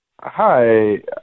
Hi